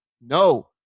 no